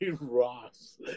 Ross